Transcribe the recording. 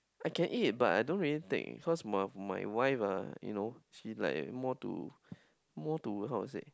I can eat but I don't really take cause of my wife ah you know she like more to more to how to say